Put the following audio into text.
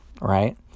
right